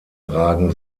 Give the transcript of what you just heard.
ragen